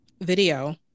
video